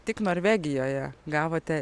tik norvegijoje gavote